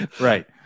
Right